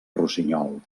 rossinyol